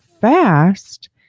fast